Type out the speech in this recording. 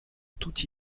toute